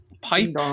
pipe